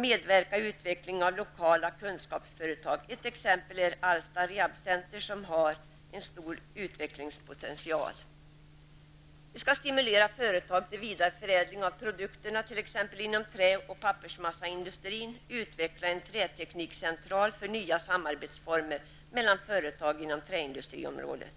Medverka i utvecklingen av lokala kunskapsföretag -- ett exempel är Alfta rehabiliteringscenter som har en stor utvecklingspotential. -- Stimulera företagen till vidareförädling av produkterna -- t.ex. inom trä och pappersmassaindustrin -- och utveckla en träteknikcentral med nya samarbetsformer mellan företag inom träindustriområdet.